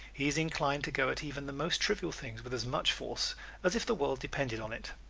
he is inclined to go at even the most trivial things with as much force as if the world depended on it.